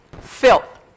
filth